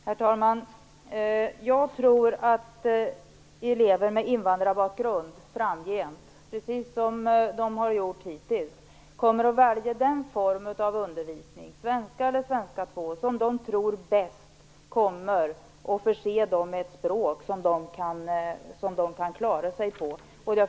Herr talman! Jag tror att elever med invandrarbakgrund precis som de har gjort hittills framgent kommer att välja den form av undervisning, svenska eller svenska 2, som de tror bäst förser dem med ett språk som de kan klara sig på.